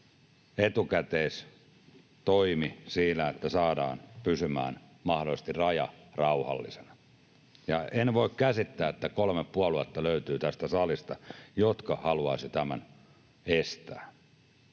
etukäteistoimi siinä, että saadaan pysymään mahdollisesti raja rauhallisena, ja en voi käsittää, että tästä salista löytyy kolme puoluetta, jotka haluaisivat tämän estää.